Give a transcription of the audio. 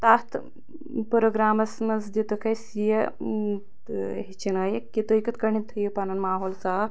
تتھ پرٛوگرامَس مَنٛز دیٛتُکھ اسہِ یہِ تہٕ ہیٚچھنٲیِکھ تُہۍ کٕتھ کٲٹھۍ تھٲیو پَنُن ماحول صاف